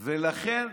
ולכן,